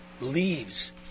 leaves